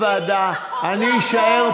אני עוד